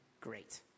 great